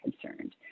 concerned